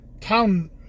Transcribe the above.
town